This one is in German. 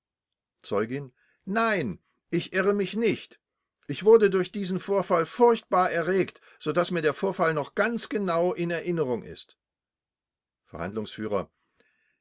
zeugin nein ich irre mich nicht ich wurde durch diesen vorfall furchtbar erregt so daß mir der vorfall noch ganz genau in erinnerung ist